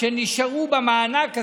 שנשארו במענק הזה,